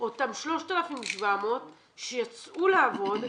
אותן 3,700 שיצאו לעבוד,